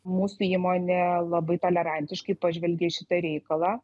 mūsų įmonė labai tolerantiškai pažvelgė į šitą reikalą